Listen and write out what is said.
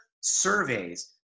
surveys